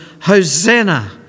Hosanna